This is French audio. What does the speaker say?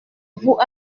vous